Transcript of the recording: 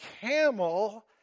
camel